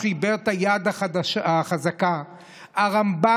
שחיבר את "הי"ד החזקה"; הרמב"ם,